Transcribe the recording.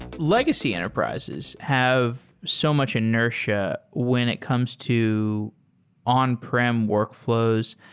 legacy enterprises have so much inertia when it comes to on-prem workflows.